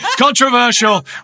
Controversial